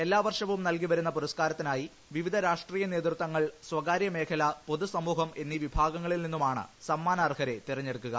എല്ലാ വർഷവും നൽകിവരുന്ന പുരസ്കാരത്തിനായി വിവിധ രാഷ്ട്രീയ നേതൃത്വങ്ങൾ സ്വകാര്യമേഖല പൊതുസമൂഹം എന്നീ വിഭാഗങ്ങളിൽ നിന്നുമാണ് സമ്മാനാർഹരെ തെരഞ്ഞെടുക്കുക